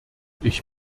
ich